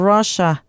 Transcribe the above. Russia